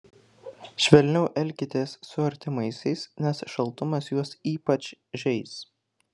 švelniau elkitės su artimaisiais nes šaltumas juos ypač žeis